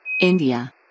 India